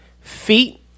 feet